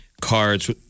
cards